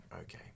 okay